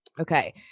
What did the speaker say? Okay